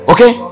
Okay